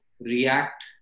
react